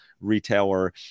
retailer